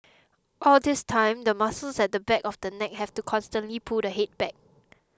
all this time the muscles at the back of the neck have to constantly pull the head back